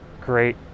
great